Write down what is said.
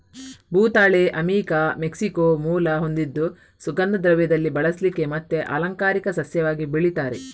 ಭೂತಾಳೆ ಅಮಿಕಾ ಮೆಕ್ಸಿಕೋ ಮೂಲ ಹೊಂದಿದ್ದು ಸುಗಂಧ ದ್ರವ್ಯದಲ್ಲಿ ಬಳಸ್ಲಿಕ್ಕೆ ಮತ್ತೆ ಅಲಂಕಾರಿಕ ಸಸ್ಯವಾಗಿ ಬೆಳೀತಾರೆ